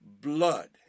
blood